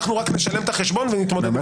אנחנו רק נשלם את החשבון ונתמודד עם הכשרות.